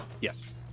Yes